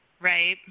right